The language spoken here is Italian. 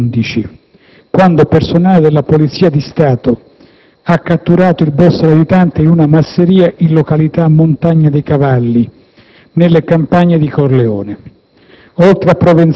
alle ore 11, quando personale della Polizia di Stato ha catturato il *boss* latitante in una masseria in località Montagna dei Cavalli, nelle campagne di Corleone.